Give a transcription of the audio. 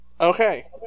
Okay